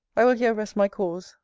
i will here rest my cause.